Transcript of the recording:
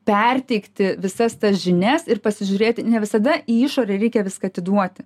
perteikti visas tas žinias ir pasižiūrėti ne visada į išorę reikia viską atiduoti